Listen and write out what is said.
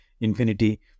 infinity